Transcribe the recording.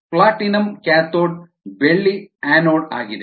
platinum cathode ಬೆಳ್ಳಿ anode ಆಗಿದೆ